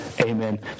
Amen